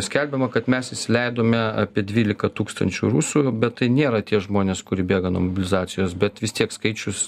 skelbiama kad mes įsileidome apie dvyliką tūkstančių rusų bet tai nėra tie žmonės kurie bėga nuo mobilizacijos bet vis tiek skaičius